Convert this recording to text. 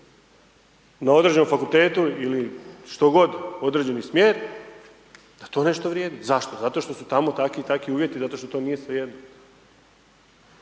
na određenom fakultetu ili što god, određeni smjer, da to nešto vrijedi, zašto, zato što su tamo takvi i takvi uvjeti, zato što to nije svejedno.